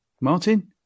Martin